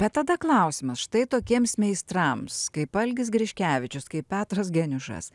bet tada klausimas štai tokiems meistrams kaip algis griškevičius kaip petras geniušas